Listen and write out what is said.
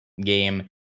game